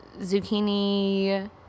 zucchini